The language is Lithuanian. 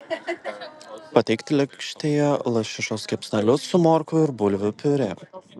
pateikti lėkštėje lašišos kepsnelius su morkų ir bulvių piurė